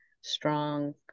strong